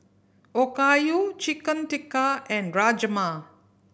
Okayu Chicken Tikka and Rajma